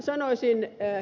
sanoisin ed